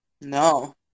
No